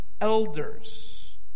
elders